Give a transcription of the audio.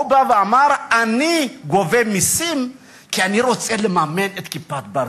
בא ואמר: אני גובה מסים כי אני רוצה לממן את "כיפת ברזל".